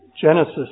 Genesis